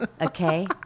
Okay